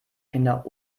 kinder